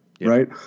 right